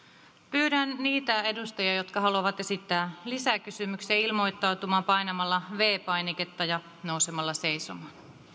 pyydän niitä edustajia jotka haluavat esittää lisäkysymyksen ilmoittautumaan painamalla viides painiketta ja nousemalla seisomaan